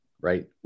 right